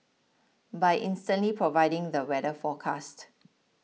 by instantly providing the weather forecast